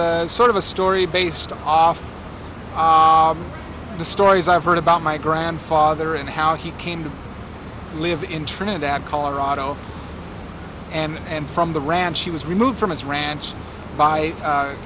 sort of a story based off the stories i've heard about my grandfather and how he came to live in trinidad colorado and from the ranch she was removed from his ranch by